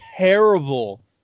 terrible